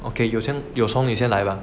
okay you cong 你先来吧